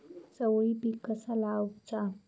चवळी पीक कसा लावचा?